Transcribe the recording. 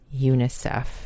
UNICEF